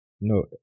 no